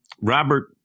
Robert